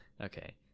Okay